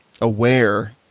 aware